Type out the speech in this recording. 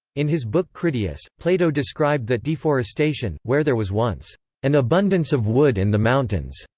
in his book critias, plato described that deforestation where there was once an abundance of wood in the mountains,